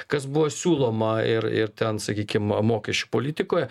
kas buvo siūloma ir ir ten sakykim mokesčių politikoje